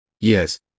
Yes